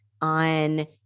on